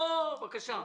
בבקשה.